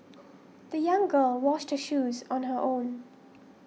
the young girl washed her shoes on her own